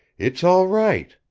it's all right!